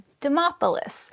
Demopolis